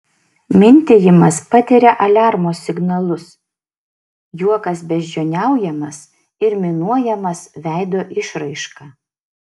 mintijimas patiria aliarmo signalus juokas beždžioniaujamas ir minuojamas veido išraiška